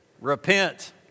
Repent